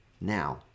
now